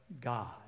God